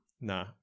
Nah